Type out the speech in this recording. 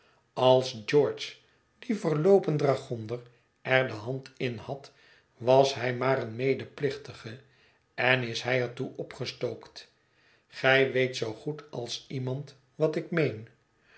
als george die verloopen dragonder er de hand in had was hij maar een medeplichtige en is hij er toe opgestookt gij weet zoo goed als iemand wat ik meen